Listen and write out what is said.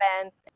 events